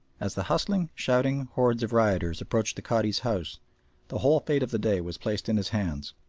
as the hustling, shouting horde of rioters approached the cadi's house the whole fate of the day was placed in his hands,